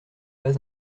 pas